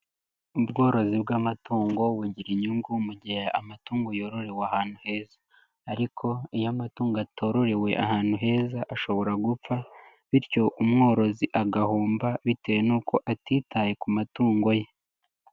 Ubworozi bw'amatungo bugira inyungu mu gihe amatungo yororewe ahantu heza, ariko iyo amatungo atororewe ahantu heza ashobora gupfa, bityo umworozi agahomba bitewe n'uko atitaye ku matungo ye.